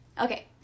Okay